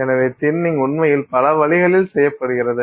எனவே தின்னிங் உண்மையில் பல வழிகளில் செய்யப்படுகிறது